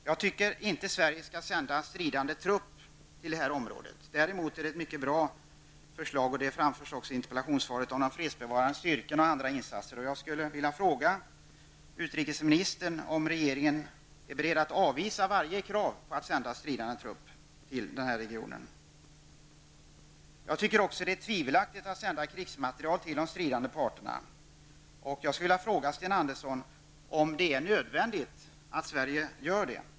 Jag tycker inte att Sverige skall sända stridande trupp till det här området. Däremot är det ett mycket bra förslag -- det framförs också i interpellationssvaret -- som gäller de fredsbevarande styrkorna och andra insatser. Jag vill fråga utrikesministern om regeringen är beredd att avvisa varje krav på att sända stridande trupp till den här regionen. Det är tvivelaktigt, tycker jag, att sända krigsmateriel till de stridande parterna, och jag vill fråga Sten Andersson om det är nödvändigt att Sverige gör det.